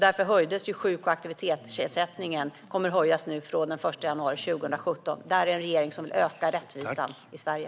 Därför kommer sjuk och aktivitetsersättningen att höjas från den 1 januari 2017. Detta är en regering som vill öka rättvisan i Sverige.